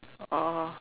ah